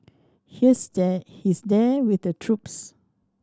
here there he's there with the troops